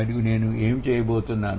మరియు మేము ఏమి చేయబోతున్నాము